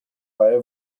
reihe